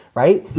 right.